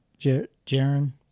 Jaron